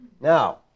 Now